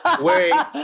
wearing